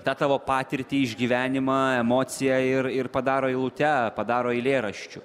tą tavo patirtį išgyvenimą emociją ir ir padaro eilute padaro eilėraščiu